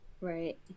right